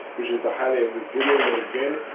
which is the highly of this video you had again,